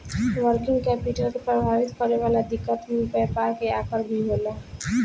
working capital के प्रभावित करे वाला दिकत में व्यापार के आकर भी होला